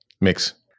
Mix